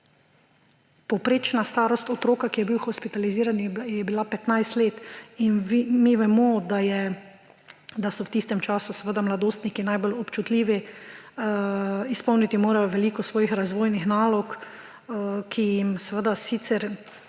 Povprečna starost otroka, ki je bil hospitaliziran, je bila 15 let in mi vemo, da so v tistem času seveda mladostniki najbolj občutljivi, izpolniti morajo veliko svojih razvojnih nalog, ki jim seveda sicer